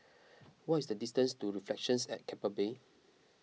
what is the distance to Reflections at Keppel Bay